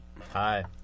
Hi